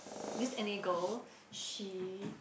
this N_A girl she